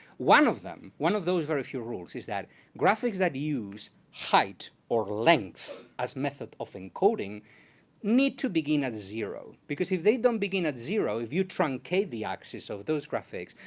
one of them, one of those very few rules is that graphics that use height or length as a method of and coding need to begin at zero. because if they don't begin at zero, if you truncate the axis of those graphics,